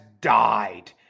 died